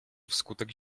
wskutek